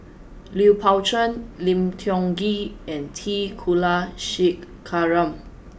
Lui Pao Chuen Lim Tiong Ghee and T Kulasekaram